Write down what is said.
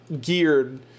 geared